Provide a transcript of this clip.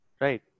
right